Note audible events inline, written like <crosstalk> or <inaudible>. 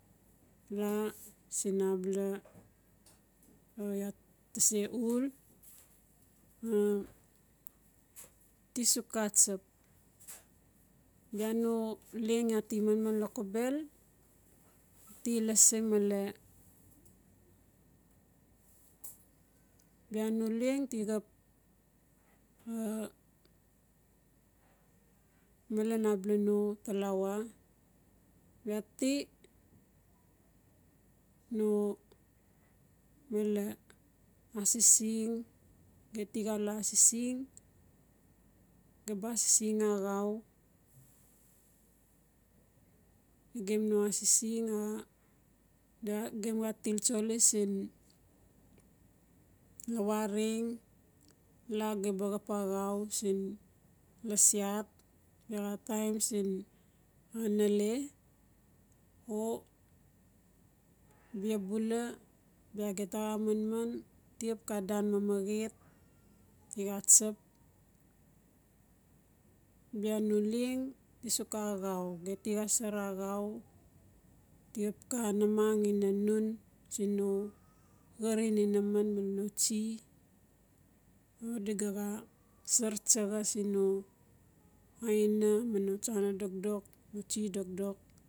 Laa siin abala <hesitation> iaa tase uul <hesitation> tisuk atsap bia no leng iaa ti manman lokobel ti lasi male bia no leng tixap <hesitation> malen abala no talawa. Bia tii no male asising geti xala asising geba asising axau na gem no asising <hesitation> bia gem xa til tsoli siin lawaareng laa geba xap axau siin lasiat biaxa tain siin <hesitation> nale o bia bula bia geta xa manman tixap xa dan mamaxet tixa tsap bia no leng tisuk xa axau geta xa sar axau, tixap xa namang ina nun sino xarin inaman male no tsie o diga xa sar tsaxa sino aina mano tsana dokdok no tsie dokdok.